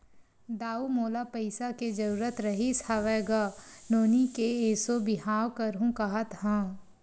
दाऊ मोला पइसा के जरुरत रिहिस हवय गा, नोनी के एसो बिहाव करहूँ काँहत हँव